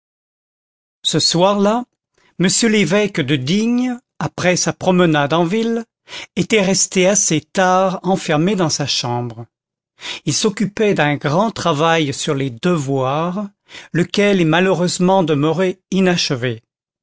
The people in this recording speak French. ce soir-là m l'évêque de digne après sa promenade en ville était resté assez tard enfermé dans sa chambre il s'occupait d'un grand travail sur les devoirs lequel est malheureusement demeuré inachevé